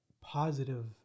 positive